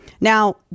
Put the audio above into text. Now